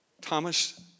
Thomas